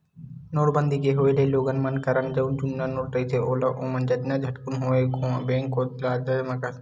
नोटबंदी के होय ले लोगन मन करन जउन जुन्ना नोट रहिथे ओला ओमन जतका झटकुन होवय बेंक कोती लाके जमा करथे तब जाके बदलाथे